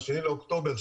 ב-2 באוקטובר,